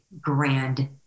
grand